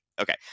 Okay